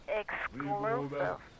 exclusive